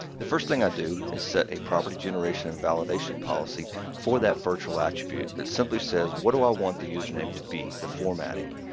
the first i do is set a property generation and validation policy for that virtual attribute that simply says, what do i want the username to be, the formatting?